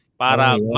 para